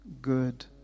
good